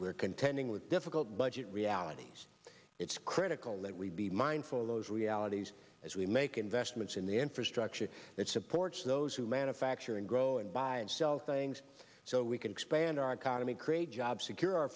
are contending with difficult budget realities it's critical that we be mindful of those realities as we make investments in the infrastructure that supports those who manufacture and grow and buy and sell things so we can expand our economy create jobs secure our